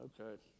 Okay